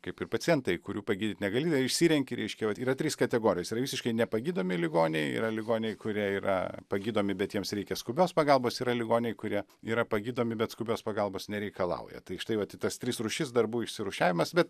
kaip ir pacientai kurių pagydyt negali išsirenki reiškia vat yra trys kategorijos yra visiškai nepagydomi ligoniai yra ligoniai kurie yra pagydomi bet jiems reikia skubios pagalbos yra ligoniai kurie yra pagydomi bet skubios pagalbos nereikalauja tai štai vat į tas tris rūšis darbų išsirūšiavimas bet